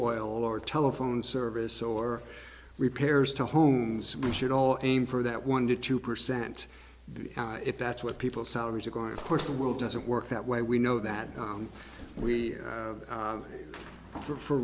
oil or telephone service or repairs to homes we should all aim for that one to two percent if that's what people salaries are going to push the world doesn't work that way we know that we have for